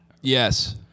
Yes